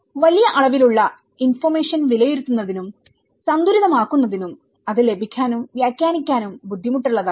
വലിയ അളവിലുള്ള ഇൻഫർമേഷൻ വിലയിരുത്തുന്നതിനും സന്തുലിതമാക്കുന്നതിനും അത് ലഭിക്കാനും വ്യാഖ്യാനിക്കാനും ബുദ്ധിമുട്ടുള്ളതാണ്